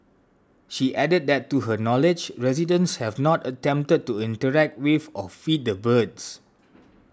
she added that to her knowledge residents have not attempted to interact with or feed the birds